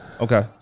Okay